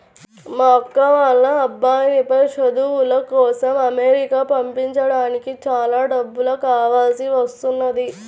మా అక్క వాళ్ళ అబ్బాయిని పై చదువుల కోసం అమెరికా పంపించడానికి చాలా డబ్బులు కావాల్సి వస్తున్నది